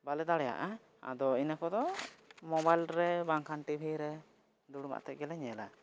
ᱵᱟᱞᱮ ᱫᱟᱲᱮᱭᱟᱜᱼᱟ ᱟᱫᱚ ᱤᱱᱟᱹ ᱠᱚᱫᱚ ᱢᱳᱵᱟᱭᱤᱞ ᱨᱮ ᱵᱟᱝᱠᱷᱟᱱ ᱴᱤᱵᱷᱤ ᱨᱮ ᱫᱩᱲᱩᱵᱽ ᱠᱟᱛᱮᱫ ᱜᱮᱞᱮ ᱧᱮᱞᱟ